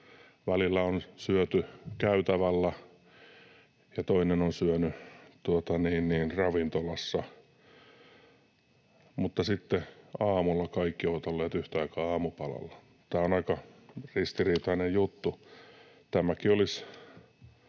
Välillä on syöty käytävällä ja toinen on syönyt ravintolassa, mutta sitten aamulla kaikki ovat olleet yhtä aikaa aamupalalla. Tämä on aika ristiriitainen juttu. Tämäkin on